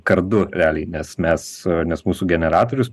kart du realiai nes mes nes mūsų generatorius